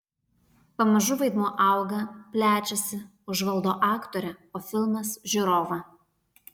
pamažu vaidmuo auga plečiasi užvaldo aktorę o filmas žiūrovą